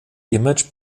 image